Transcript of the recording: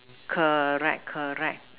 correct correct